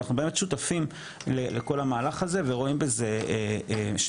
אנחנו באמת שותפים לכל המהלך הזה ורואים בזה שליחותו.